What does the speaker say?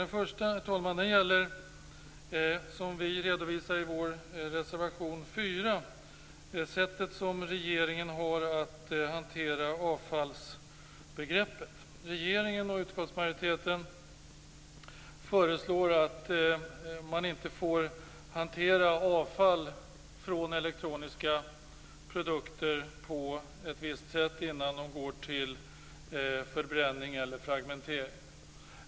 Den första, som vi redovisar i vår reservation 4, gäller sättet som regeringen hanterar avfallsbegreppet på. Regeringen och utskottsmajoriteten föreslår att man inte får hantera avfall från elektroniska produkter på ett visst sätt innan de går till förbränning eller fragmentering.